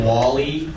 Wally